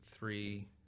Three